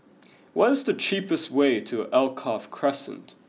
what is the cheapest way to Alkaff Crescent